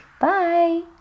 Bye